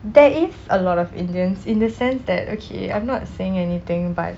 there is a lot of indians in the sense that okay I'm not saying anything but